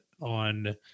on